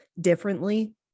differently